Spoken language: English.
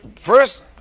first